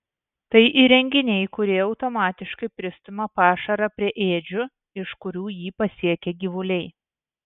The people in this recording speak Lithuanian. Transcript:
tai įrenginiai kurie automatiškai pristumia pašarą prie ėdžių iš kurių jį pasiekia gyvuliai